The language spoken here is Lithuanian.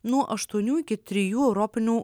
nuo aštuonių iki trijų europinių